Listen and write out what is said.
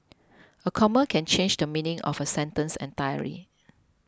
a comma can change the meaning of a sentence entirely